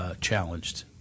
challenged